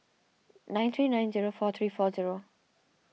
nine three nine zero four three four zero